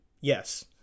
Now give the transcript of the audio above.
yes